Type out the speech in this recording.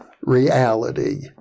reality